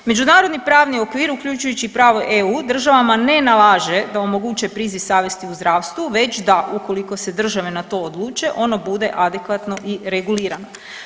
Međunarodni pravedni okvir, uključujući i pravo EU državama ne nalaže da omoguće priziv savjesti u zdravstvu već da, ukoliko se države na to odluče, ono bude adekvatno i regulirano.